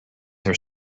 are